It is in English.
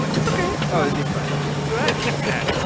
like it's ok. so as deep fried. ok. right you fat.